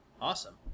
Awesome